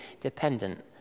dependent